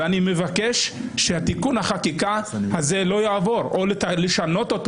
אני מבקש שתיקון החקיקה הזה לא יעבור או לשנות אותו